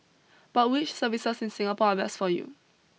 but which services in Singapore are best for you